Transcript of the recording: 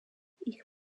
ich